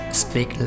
speak